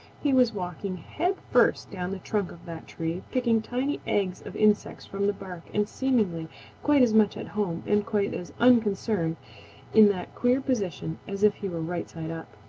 he was walking head first down the trunk of that tree, picking tiny eggs of insects from the bark and seemingly quite as much at home and quite as unconcerned in that queer position as if he were right side up.